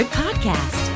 podcast